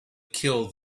killed